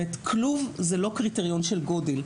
זאת אומרת, כלוב הוא לא קריטריון של גודל.